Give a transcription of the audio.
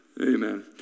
Amen